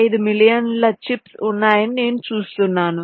5 మిలియన్ల చిప్స్ ఉన్నాయని నేను చూస్తున్నాను